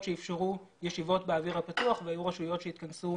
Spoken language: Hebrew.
שאפשרו ישיבות באוויר הפתוח והיו רשויות שהתכנסו